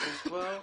בתקנות